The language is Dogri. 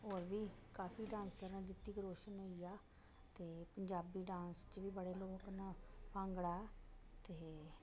होर बी काफी डान्सर न रीतिक रोशन होई गेआ ते पंजाबी डान्स च बी बड़े लोक न भांगड़ा ते